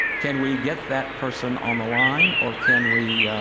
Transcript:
can we get that person on the line or can we